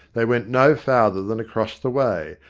they went no farther than across the way,